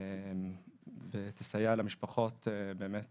והיא תסייע למשפחות באמת